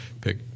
pick